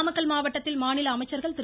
நாமக்கல் மாவட்டத்தில் மாநில அமைச்சர்கள் திரு